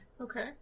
Okay